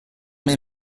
mes